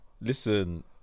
Listen